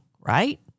right